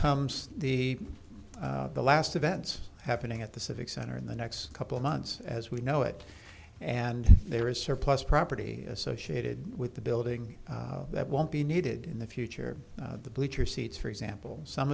comes the last events happening at the civic center in the next couple months as we know it and there is surplus property associated with the building that won't be needed in the future the bleacher seats for example some